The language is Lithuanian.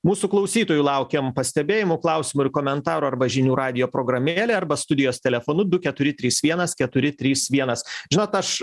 mūsų klausytojų laukiam pastebėjimų klausimų ir komentarų arba į žinių radijo programėlę arba studijos telefonu du keturi trys vienas keturi trys vienas žinot aš